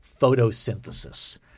photosynthesis